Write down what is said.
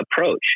approach